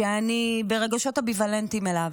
שאני ברגשות אמביוולנטיים אליו.